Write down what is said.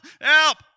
help